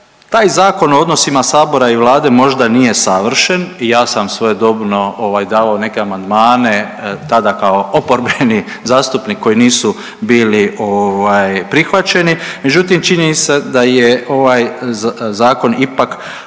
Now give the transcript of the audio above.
Taj zakon o odnosima sabora i Vlade možda nije savršen i ja sam svojedobno ovaj davao neke amandmane tada kao oporbeni zastupnik koji nisu bili ovaj prihvaćeni, međutim činjenica da je ovaj zakon ipak